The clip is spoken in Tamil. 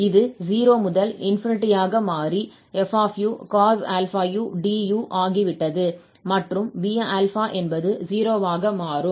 இது 0 முதல் ஆக மாறி fucos αu du ஆகிவிட்டது மற்றும் B α என்பது 0 ஆக மாறும்